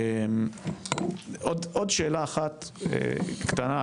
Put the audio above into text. עוד שאלה אחת קטנה,